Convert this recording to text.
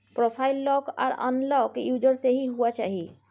profile lock आर unlock user से ही हुआ चाहिए